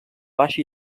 baixa